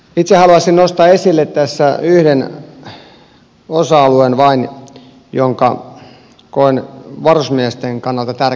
itse haluaisin nostaa esille tässä vain yhden osa alueen jonka koen varusmiesten kannalta tärkeäksi